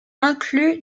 inclus